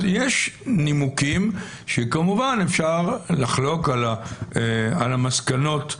אז יש נימוקים שכמובן אפשר לחלוק על המסקנות מהן.